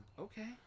Okay